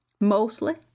mostly